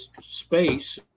space